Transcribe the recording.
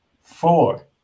Four